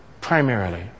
primarily